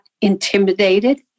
intimidated